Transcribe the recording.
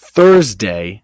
Thursday